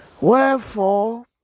Wherefore